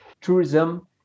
tourism